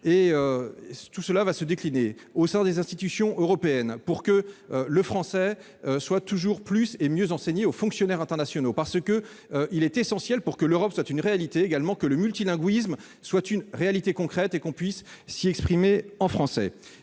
Tout cela sera décliné au sein des institutions européennes, afin que le français soit toujours plus et mieux enseigné aux fonctionnaires internationaux. Il est en effet essentiel, pour que l'Europe soit une réalité, que le multilinguisme y existe concrètement et que l'on puisse s'y exprimer en français.